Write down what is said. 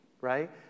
Right